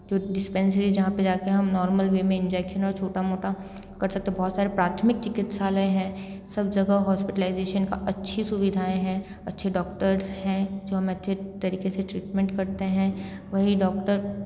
जो डिस्पेंसरीज़ जहाँ पर जाकर हम नॉर्मल वे में इंजेक्शन और छोटा मोटा कर सकते हैं बहुत सारे प्राथमिक चिकित्सालय हैं सब जगह हॉस्पिटलाइज़ेशन का अच्छी सुविधाएँ हैं अच्छे डॉक्टर हैं जो हमें अच्छे तरीके से ट्रीटमेंट करते हैं वहीं डॉक्टर